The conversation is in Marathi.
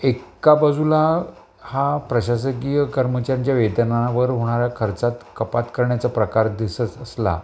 एका बाजूला हा प्रशासकीय कर्मचाऱ्यांच्या वेतनावर होणारा खर्चात कपात करण्याचा प्रकार दिसत असला